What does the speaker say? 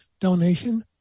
donation